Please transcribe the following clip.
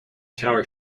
tower